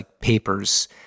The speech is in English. papers